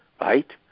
Right